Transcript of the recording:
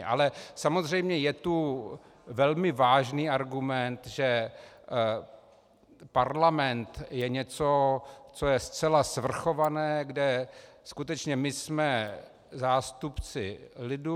Ale samozřejmě je tu velmi vážný argument, že parlament je něco, co je zcela svrchované, kde skutečně my jsme zástupci lidu.